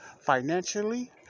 financially